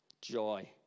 joy